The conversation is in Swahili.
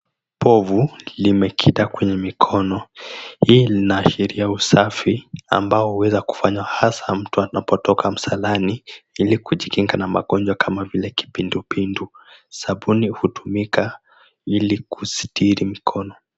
Povu limekita kwenye mikono. Hii linaashiria usafi ambao huweza kufanywa hasa mtu anapotoka msalani ili kujikinga na magonjwa kama vile kipindupindu. Sabuni hutumika ili kusitiri mkono.